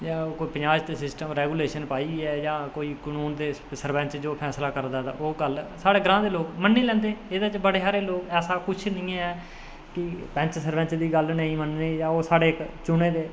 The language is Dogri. जां कोई पंचायत सिस्टम रेजूलेशन पाइयै जां कनून दे सरपैंच कोई फैसला करदा तां ओह् गल्ल साढ़े ग्रांऽ दे लोग मन्नी लैंदे एह्दे च बड़े सारे लोग ऐसा कुछ निं ऐ की पैंच सरपैंच दी गल्ल निं मन्ननी ओह् साढ़े चुने दे